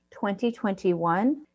2021